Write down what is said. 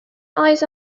eyes